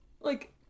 like-